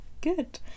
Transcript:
good